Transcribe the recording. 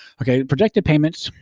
okay. projected payments.